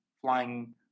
flying